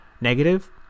negative